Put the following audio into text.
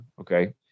Okay